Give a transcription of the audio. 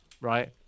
right